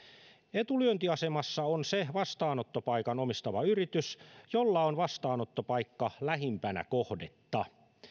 etulyöntiasemassa on se vastaanottopaikan omistava yritys jolla on vastaanottopaikka lähimpänä kohdetta